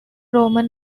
roman